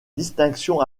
distinction